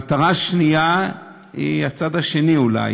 מטרה שנייה היא הצד השני, אולי.